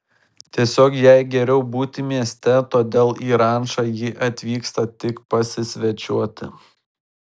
tiesiog jai geriau būti mieste todėl į rančą ji atvyksta tik pasisvečiuoti